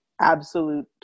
absolute